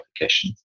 applications